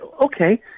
okay